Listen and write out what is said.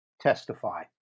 testify